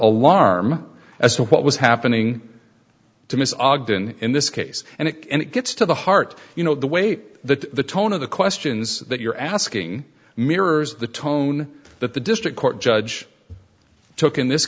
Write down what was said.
alarm as to what was happening to miss ogden in this case and it and it gets to the heart you know the way that the tone of the questions that you're asking mirrors the tone that the district court judge took in this